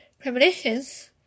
premonitions